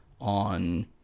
on